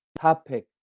topic